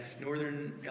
northern